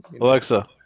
Alexa